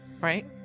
Right